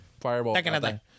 fireball